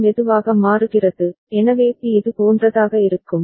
B மெதுவாக மாறுகிறது எனவே பி இது போன்றதாக இருக்கும்